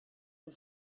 and